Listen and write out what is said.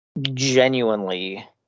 genuinely